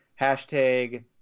hashtag